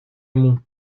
ему